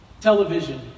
Television